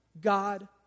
God